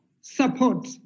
support